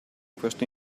questo